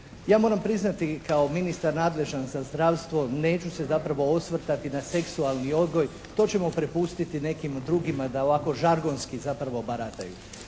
Ja moram priznati kao ministar nadležan za zdravstvo neću se zapravo osvrtati na seksualni odgoj, to ćemo prepustiti nekim drugima da ovako žargonski zapravo barataju.